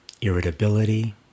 irritability